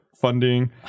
funding